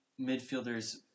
midfielders